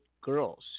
Girls